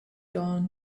dawn